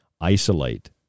isolate